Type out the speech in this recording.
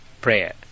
prayer